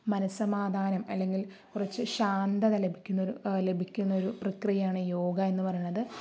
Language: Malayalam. മനസ്സമാധാനം അല്ലെങ്കിൽ കുറച്ച് ശാന്തത ലഭിക്കുന്നൊരു ലഭിക്കുന്നൊരു പ്രക്രിയയാണ് യോഗ എന്നു പറയുന്നത്